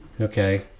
Okay